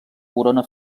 corona